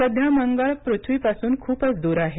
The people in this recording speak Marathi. सध्या मंगळ हा पृथ्वीपासून खूपच दूर आहे